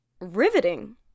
Riveting